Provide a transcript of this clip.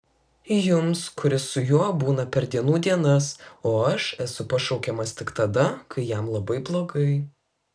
jums kuris su juo būna per dienų dienas o aš esu pašaukiamas tik tada kai jam labai blogai